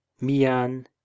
mian